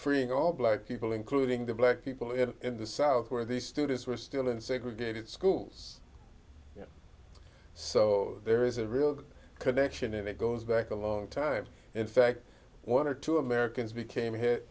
freeing all black people including the black people in the south where the students were still in segregated schools so there is a real connection and it goes back a long time in fact one or two americans became